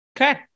Okay